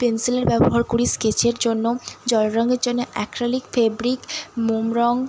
পেনসিলের ব্যবহার করি স্কেচের জন্য জল রঙের জন্য অ্যাক্রিলিক ফেব্রিক মোম রং